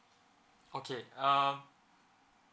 okay um